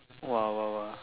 !wah! !wah! !wah!